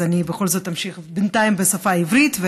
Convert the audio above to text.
אז אני בכל זאת אמשיך בינתיים בשפה העברית,